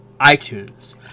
iTunes